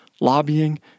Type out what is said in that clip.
lobbying